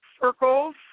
circles